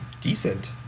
decent